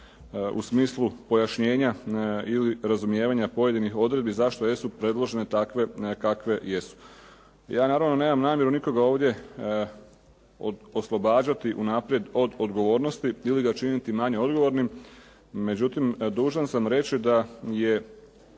u smislu pojašnjenja ili razumijevanja pojedinih odredbi zašto jesu predložene takve kakve jesu. Ja naravno nemam namjeru nikoga ovdje oslobađati unaprijed od odgovornosti ili ga činiti manje odgovornim, međutim, dužan sam reći da je